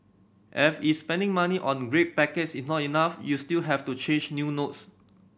F is spending money on red packets is not enough you still have to change new notes